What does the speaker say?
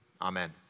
Amen